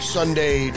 Sunday